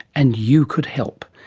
and you could help.